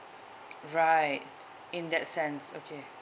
right in that sense okay